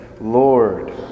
Lord